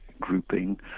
grouping